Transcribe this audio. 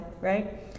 right